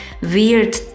weird